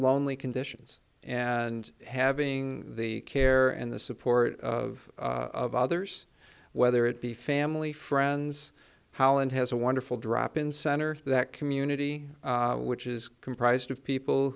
lonely conditions and having the care and the support of others whether it be family friends howland has a wonderful drop in center that community which is comprised of people